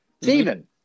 Stephen